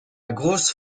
grosse